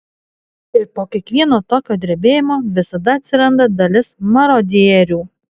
ir po kiekvieno tokio drebėjimo visada atsiranda dalis marodierių